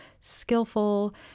skillful